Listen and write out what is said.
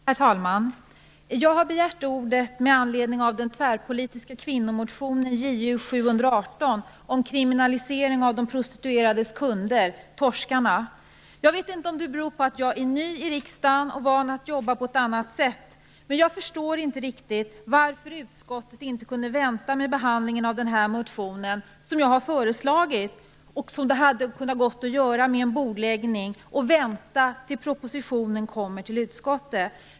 Herr talman! Jag har begärt ordet med anledning av den tvärpolitiska kvinnomotionen, Ju718, om kriminalisering av de prostituerades kunder, torskarna. Jag vet inte om det beror på att jag är ny i riksdagen och van att arbeta på ett annat sätt, men jag förstår inte riktigt varför utskottet inte kunde vänta med behandlingen av den här motionen tills propositionen kommer till utskottet. Det har jag föreslagit, och det hade gått att göra genom en bordläggning.